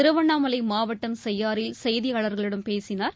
திருவண்ணாமலை மாவட்டம் செய்யாறில் செய்தியாளர்களிடம் அவர் பேசினார்